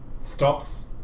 stops